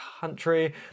country